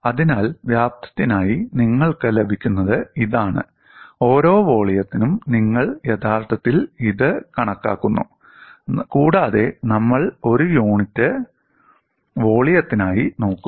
അതിനാൽ വ്യാപ്തത്തിനായി നിങ്ങൾക്ക് ലഭിക്കുന്നത് ഇതാണ് ഓരോ വോളിയത്തിനും നിങ്ങൾ യഥാർത്ഥത്തിൽ ഇത് കണക്കാക്കുന്നു കൂടാതെ നമ്മൾ ഒരു യൂണിറ്റ് അടിസ്ഥാന അളവ് വോളിയത്തിനായി നോക്കും